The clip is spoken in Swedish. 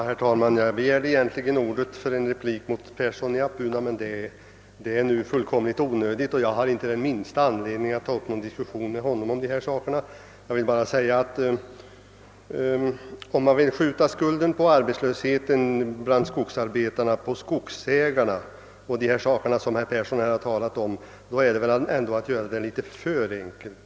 Herr talman! Jag begärde egentligen ordet för en replik till herr Persson i Skänninge, men det är nu fullkomligt onödigt — jag har inte längre någon anledning att diskutera dessa frågor med honom. Om man vill skjuta skulden för arbetslösheten bland skogsarbetarna på skogsägarna är detta väl ändå att göra problemet litet för enkelt.